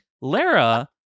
Lara